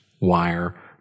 wire